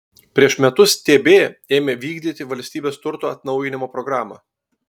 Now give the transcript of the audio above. prieš metus tb ėmė vykdyti valstybės turto atnaujinimo programą